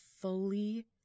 fully